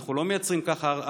אנחנו לא מייצרים ככה הרתעה,